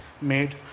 made